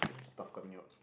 stuff coming out